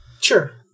Sure